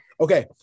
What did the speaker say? Okay